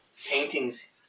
paintings